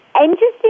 Interesting